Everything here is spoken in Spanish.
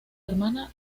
hermana